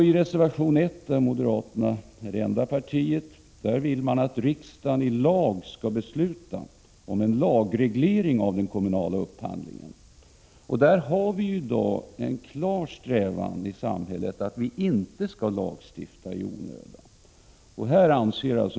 I reservation 1 vill moderaterna att riksdagen skall besluta om en lagreglering av den kommunala upphandlingen. Vi har i dag en klar strävan i samhället att inte lagstifta i onödan.